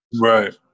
right